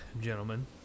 gentlemen